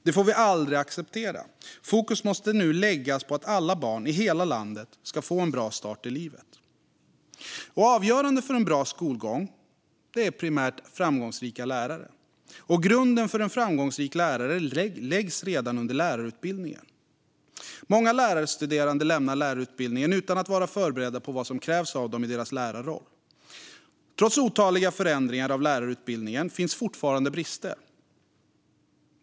Det får vi aldrig acceptera. Fokus måste nu lägga på att alla barn i hela landet ska få en bra start i livet. Avgörande för en bra skolgång är primärt framgångsrika lärare. Grunden för en framgångsrik lärare läggs redan under lärarutbildningen. Många lärarstuderande lämnar lärarutbildningen utan att vara förberedda på vad som krävs av dem i deras lärarroll. Trots otaliga förändringar av lärarutbildningen finns fortfarande brister.